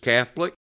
Catholic